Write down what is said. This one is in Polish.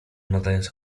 nadając